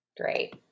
Great